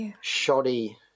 shoddy